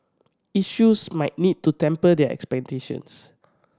issuers might need to temper their expectations